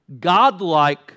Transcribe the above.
godlike